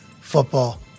football